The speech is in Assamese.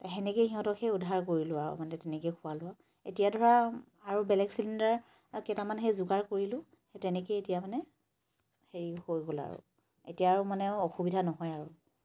তেনেকেই সিহঁতক সেই উদ্ধাৰ কৰিলো আৰু মানে তেনেকেই খোৱালো আৰু এতিয়া ধৰা আৰু বেলেগ চিলিণ্ডাৰ কেইটামান সেই যোগাৰ কৰিলো সেই তেনেকেই এতিয়া মানে হেৰি হৈ গ'ল আৰু এতিয়া আৰু মানে অসুবিধা নহয় আৰু